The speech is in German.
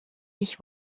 ich